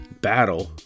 battle